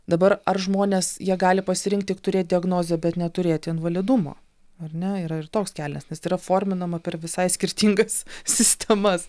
dabar ar žmonės jie gali pasirinkt tik turėt diagnozę bet neturėti invalidumo ar ne yra ir toks kelias nes yra forminama per visai skirtingas sistemas